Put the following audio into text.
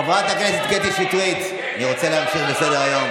חברת הכנסת קטי שטרית, אני רוצה להמשיך בסדר-היום.